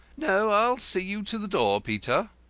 no, i'll see you to the door, peter.